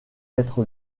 être